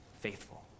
Faithful